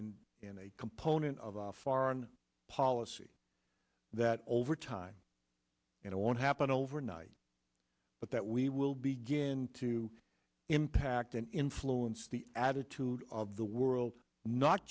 and a component of our foreign policy that over time you know won't happen overnight but that we will begin to impact and influence the attitudes of the world not